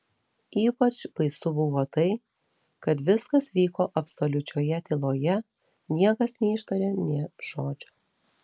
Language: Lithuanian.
ypač baisu buvo tai kad viskas vyko absoliučioje tyloje niekas neištarė nė žodžio